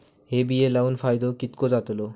हे बिये लाऊन फायदो कितको जातलो?